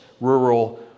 rural